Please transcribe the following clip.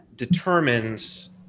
determines